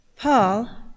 Paul